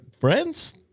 friends